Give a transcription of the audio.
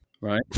right